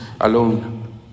alone